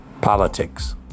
politics